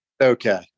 Okay